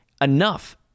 enough